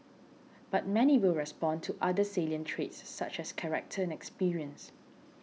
but many will respond to other salient traits such as character and experience